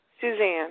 Suzanne